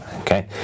Okay